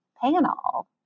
panel